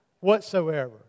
whatsoever